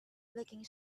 looking